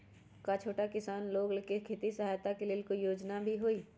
का छोटा किसान लोग के खेती सहायता के लेंल कोई योजना भी हई?